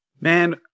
Man